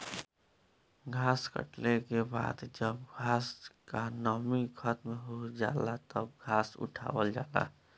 घास कटले के बाद जब घास क नमी खतम हो जाला तब घास उठावल जाला